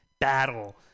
battle